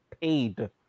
paid